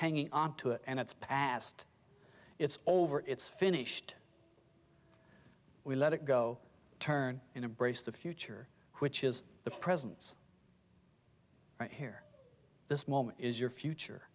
hanging on to it and its past it's over it's finished we let it go turn in a brace the future which is the presence here this moment is your future